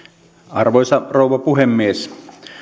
arvoisa rouva puhemies suomeen on